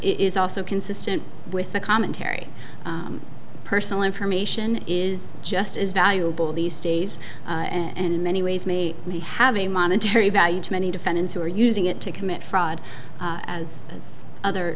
is also consistent with the commentary personal information is just as valuable these days and in many ways may may have a monetary value to many defendants who are using it to commit fraud as has other